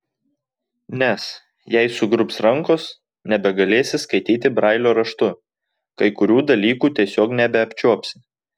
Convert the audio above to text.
nes jei sugrubs rankos nebegalėsi skaityti brailio raštu kai kurių dalykų tiesiog nebeapčiuopsi